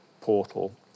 portal